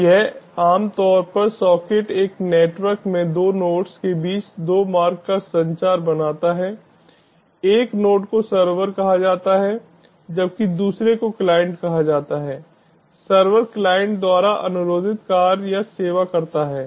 यह आमतौर पर सॉकेट एक नेटवर्क में 2 नोड्स के बीच 2 मार्ग का संचार बनाता है एक नोड को सर्वर कहा जाता है जबकि दूसरे को क्लाइंट कहा जाता है सर्वर क्लाइंट द्वारा अनुरोधित कार्य या सेवा करता है